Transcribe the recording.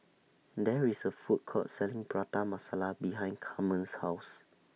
There IS A Food Court Selling Prata Masala behind Carmen's House